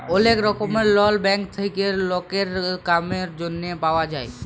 ওলেক রকমের loan bank থেক্যে লকের কামের জনহে পাওয়া যায়